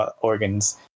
organs